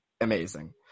amazing